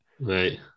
Right